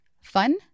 fun